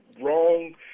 wrong